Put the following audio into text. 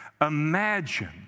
Imagine